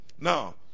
Now